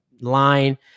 line